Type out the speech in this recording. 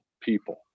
people